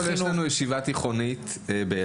קודם כל, יש לנו ישיבה תיכונית, באילת,